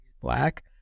black